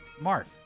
Mark